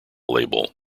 label